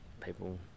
people